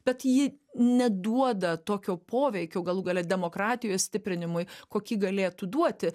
bet ji neduoda tokio poveikio galų gale demokratijos stiprinimui kokį galėtų duoti